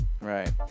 Right